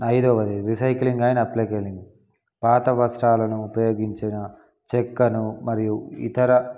ఐదవది recycling and upcycling పాత వస్త్రాలను ఉపయోగించిన చెక్కను మరియు ఇతర